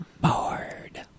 Bored